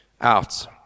out